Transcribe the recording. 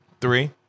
Three